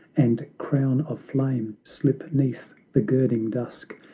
and crown of flame, slip neath the girding dusk,